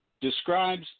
Describes